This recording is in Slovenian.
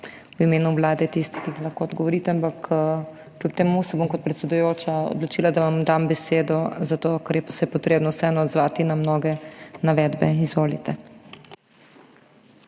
v imenu Vlade kot tisti, ki lahko odgovorite. Kljub temu se bom kot predsedujoča odločila, da vam dam besedo, zato ker se je potrebno vseeno odzvati na mnoge navedbe. Izvolite.